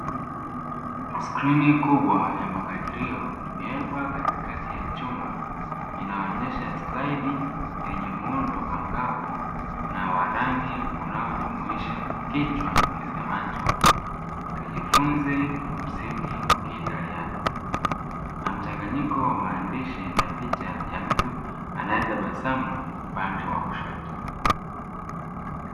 Skrini kubwa ya makadirio, imewekwa katikati ya chumba inaonyesha slide yenye muundo angavu na wa rangi unaojumuisha kichwa, kisemacho tujifunze msingi wa kiitaliano na mchanganyiko wa maandishi na mtu anayetabasamu upande wa kushoto.